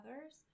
others